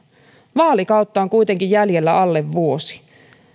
vaalikautta on kuitenkin jäljellä alle vuosi